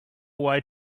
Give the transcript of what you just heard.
way